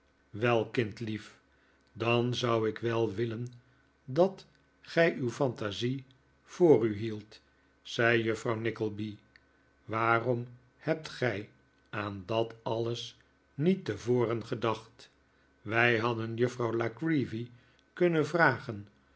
wel kindlief dan zou ik wel willen dat gij uw fantasie voor u hieldt zei juffrouw nickleby waarom hebt gij aan dat alles niet tevoren gedacht wij hadden juffrouw la creevy kunnen vragen